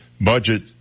budget